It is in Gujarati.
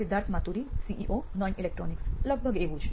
સિદ્ધાર્થ માતુરી સીઇઓ નોઇન ઇલેક્ટ્રોનિક્સ લગભગ એવું જ